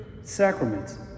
sacraments